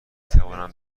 توانم